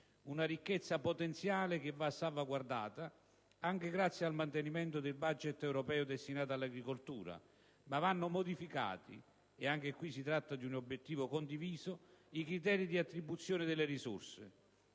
una ricchezza potenziale che va salvaguardata, anche grazie al mantenimento del *budget* europeo destinato all'agricoltura. Vanno però modificati - e anche in questo caso si tratta di un obiettivo condiviso - i criteri di attribuzione delle risorse: